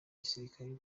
gisirikare